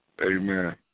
Amen